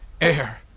Air